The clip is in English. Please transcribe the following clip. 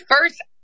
first